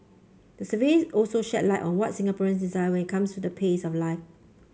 the survey also shed light on what Singaporeans desire when comes to the pace of life